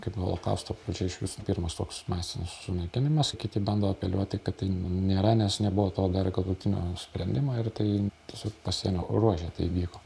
kaip holokausto pradžia iš viso pirmas toks masinis sunaikinimas kiti bando apeliuoti kad tai nėra nes nebuvo to dar galutinio sprendimo ir tai tiesiog pasienio ruože tai vyko